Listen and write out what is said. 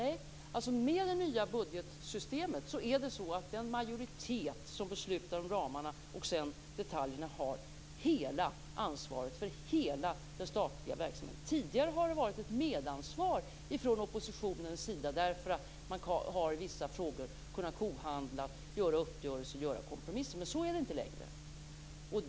Nej, med det nya budgetsystemet är det den majoritet som beslutar om ramarna och sedan om detaljerna har hela ansvaret för hela den statliga verksamheten. Tidigare har oppositionen haft ett medansvar, därför att man i vissa frågor kunnat kohandla, åstadkomma uppgörelser och kompromisser. Men så är det inte längre.